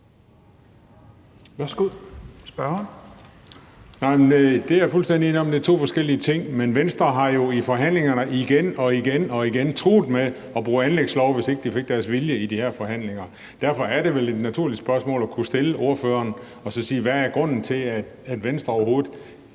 Det er jeg fuldstændig enig i er to forskellige ting, men Venstre har jo i forhandlingerne igen og igen truet med at bruge en anlægslov, hvis ikke de fik deres vilje i de her forhandlinger. Derfor er det vel et naturligt spørgsmål at stille ordføreren og altså sige: Hvad er grunden til, at Venstre overhovedet